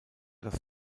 das